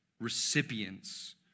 recipients